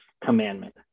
commandment